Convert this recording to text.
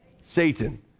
Satan